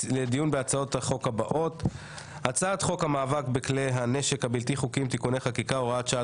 הצעת חוק המאבק בכלי הנשק הבלתי חוקיים (תיקוני חקיקה) (הוראת שעה),